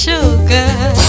Sugar